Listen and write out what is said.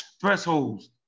thresholds